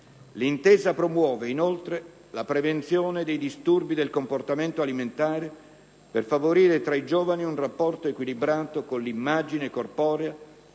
L'intesa promuove, inoltre, la prevenzione dei disturbi del comportamento alimentare per favorire fra i giovani un rapporto equilibrato con l'immagine corporea